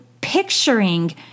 picturing